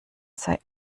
sei